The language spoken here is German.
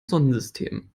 sonnensystem